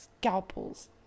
scalpels